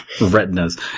retinas